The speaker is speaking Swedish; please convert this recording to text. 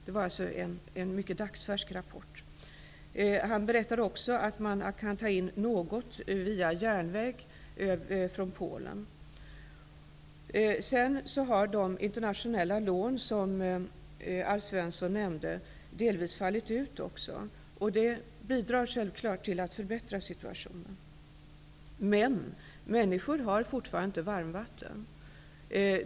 Detta är alltså en dagsfärsk rapport. Ambassadören berättade också att man kan ta in några leverensanser via järnväg från Polen. De internationella lån som Alf Svensson nämnde har delvis fallit ut. Det bidrar självfallet till att förbättra situationen. Men människor har fortfarande inte varmvatten.